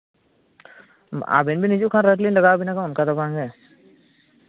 ᱟᱹᱵᱤᱱ ᱵᱮᱱ ᱦᱤᱡᱩᱜ ᱠᱷᱟᱱ ᱨᱮᱴ ᱞᱤᱧ ᱞᱟᱜᱟᱣ ᱟᱵᱮᱱᱟ ᱚᱱᱠᱟ ᱫᱚ ᱵᱟᱝ ᱜᱮ